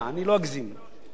140,000 דירות.